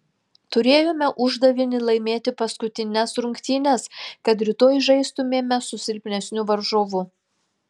turėjome uždavinį laimėti paskutines rungtynes kad rytoj žaistumėme su silpnesniu varžovu